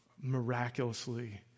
miraculously